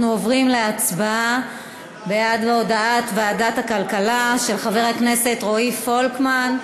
אנחנו עוברים להצבעה על הודעת ועדת הכלכלה שהביא חבר הכנסת רועי פולקמן.